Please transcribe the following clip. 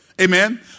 amen